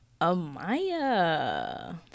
Amaya